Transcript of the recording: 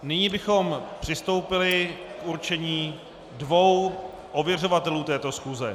Nyní bychom přistoupili k určení dvou ověřovatelů této schůze.